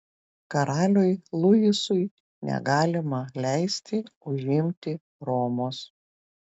karaliui luisui negalima leisti užimti romos